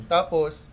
Tapos